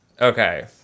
okay